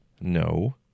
No